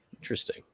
Interesting